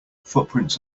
footprints